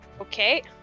okay